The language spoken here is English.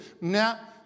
Now